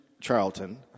Charlton